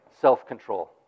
self-control